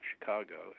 Chicago